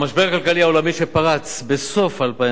המשבר הכלכלי העולמי שפרץ בסוף 2008,